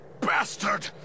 bastard